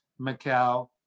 Macau